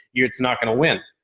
you're, it's not going to win.